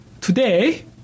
Today